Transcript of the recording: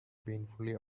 painfully